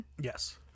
Yes